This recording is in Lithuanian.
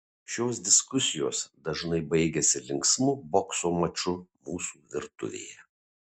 šios diskusijos dažnai baigiasi linksmu bokso maču mūsų virtuvėje